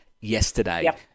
yesterday